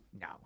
no